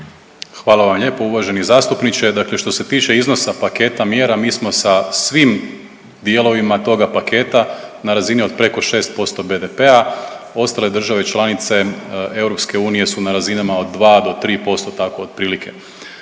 Hvala vam lijepo uvaženi zastupniče. Dakle što se tiče iznosa paketa mjera, mi smo sa svim dijelovima tog paketa na razini od preko 6% BDP-a, ostale države članice EU su na razinama od 2 do 3%, tako, otprilike.